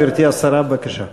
גברתי השרה, בבקשה.